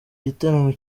gitaramo